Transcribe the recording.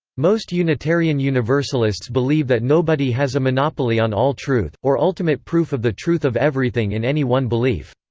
most unitarian universalists believe that nobody has a monopoly on all truth, or ultimate proof of the truth of everything in any one belief.